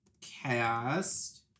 cast